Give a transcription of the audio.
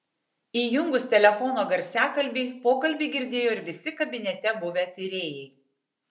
įjungus telefono garsiakalbį pokalbį girdėjo ir visi kabinete buvę tyrėjai